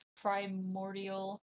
Primordial